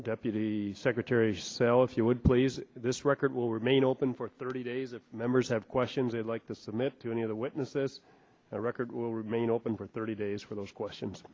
deputy secretary cell if you would please this record will remain open for thirty days of members have questions i'd like to submit to any of the witnesses the record will remain open for thirty days for those questions